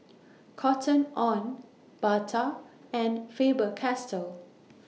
Cotton on Bata and Faber Castell